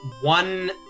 one